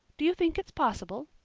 do you think it's possible?